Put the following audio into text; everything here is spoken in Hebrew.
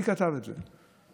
מי כתב את זה?